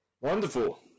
Wonderful